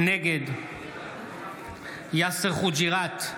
נגד יאסר חוג'יראת,